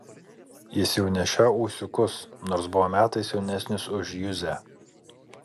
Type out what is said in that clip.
jis jau nešiojo ūsiukus nors buvo metais jaunesnis už juzę